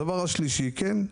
הדבר השלישי כן,